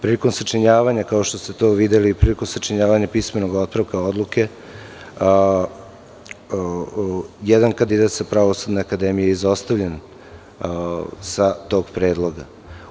Prilikom sačinjavanja, kao što ste to videli, pismenog otpravka odluke jedan kandidat sa Pravosudne akademije je izostavljen sa tog predloga.